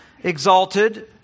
exalted